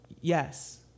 Yes